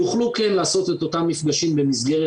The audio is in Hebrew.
יוכלו כן לעשות את אותם מפגשים במסגרת